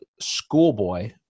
Schoolboy